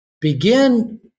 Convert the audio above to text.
begin